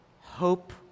hope